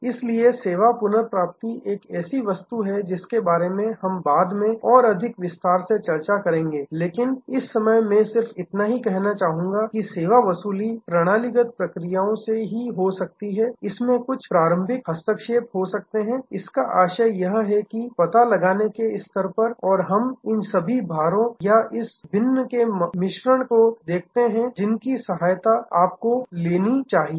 इसलिए सेवा पुनर्प्राप्ति एक ऐसी वस्तु है जिसके बारे में हम बाद में और अधिक विस्तार से चर्चा करेंगे लेकिन इस समय मैं सिर्फ इतना कहूंगा कि सेवा वसूली प्रणालीगत प्रतिक्रिया से हो सकती है इसमें कुछ प्रारंभिक हस्तक्षेप हो सकते हैं इसका आशय यह है कि पता लगाने के स्तर पर और हम इन सभी भारों या इस भिन्न के मिश्रण को देखते हैं जिनकी सहायता आपको लेनी चाहिए